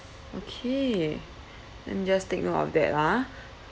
okay and just take note of that ah